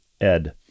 Ed